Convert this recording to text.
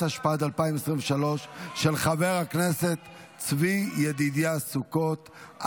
התשפ"ג 2023, של חבר הכנסת צבי ידידיה סוכות.